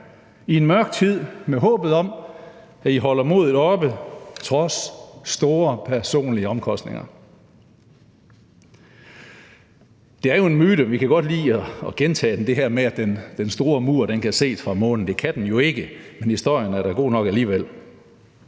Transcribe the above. i en mørk tid med håbet om, at I holder modet oppe trods store personlige omkostninger. Det er jo en myte, og vi kan godt lide at gentage det, at den store mur kan ses fra månen. Det kan den jo ikke, men historien er da god nok alligevel.